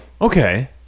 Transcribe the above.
okay